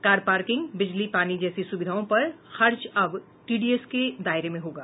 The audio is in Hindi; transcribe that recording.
कार पार्किंग बिजली पानी जैसी सुविधाओं पर खर्च अब टीडीएस के दायरे में होगा